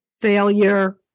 failure